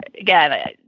again